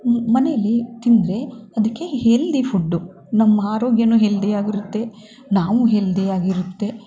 ಮನೇಲಿ ತಿಂದರೆ ಅದಕ್ಕೆ ಹೆಲ್ದಿ ಫುಡ್ಡು ನಮ್ಮ ಆರೋಗ್ಯವೂ ಹೆಲ್ದಿಯಾಗಿರುತ್ತೆ ನಾವು ಹೆಲ್ದಿಯಾಗಿರುತ್ತೆ